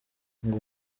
ngo